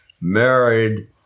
married